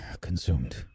consumed